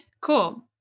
Cool